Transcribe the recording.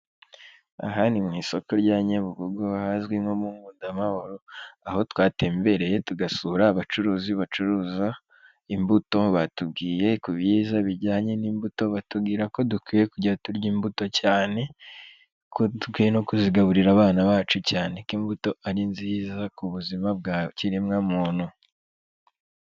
Aha ni mu isoko rya Nyabugogo hazwi nko mu Nkunda mahoro, aho twatembereye tugasura abacuruzi bacuruza imbuto, batubwiye ku byiza bijyanye n'imbuto, batubwira ko dukwiye kujya turya imbuto cyane, ko dukwiye no kuzigaburira abana bacu cyane. Ko imbuto ari nziza ku buzima bwa kiremwa muntu.